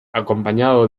acompañado